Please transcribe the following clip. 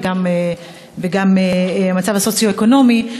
וגם המצב הסוציו-אקונומי,